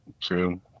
True